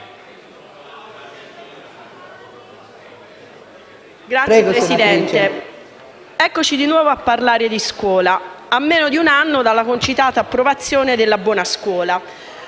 Signora Presidente, eccoci di nuovo a parlare di scuola, a meno di un anno dalla concitata approvazione della riforma sulla